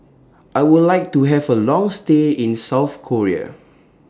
I Would like to Have A Long stay in South Korea